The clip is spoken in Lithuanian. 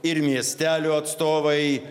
ir miestelių atstovai